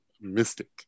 mystic